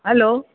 hello